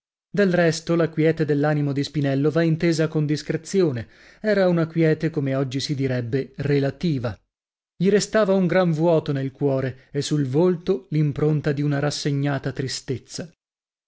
del resto la quiete dell'animo di spinello va intesa con discrezione era una quiete come oggi si direbbe relativa gli restava un gran vuoto nel cuore e sul volto l'impronta di una rassegnata tristezza